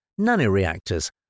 nanoreactors